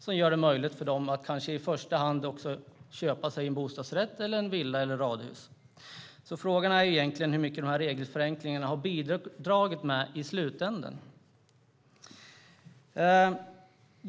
Det gör det möjligt för dem att kanske i första hand köpa sig en bostadsrätt, en villa eller ett radhus. Frågan är egentligen hur mycket regelförenklingarna har bidragit med i slutändan.